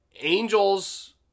angels